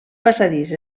passadís